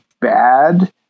bad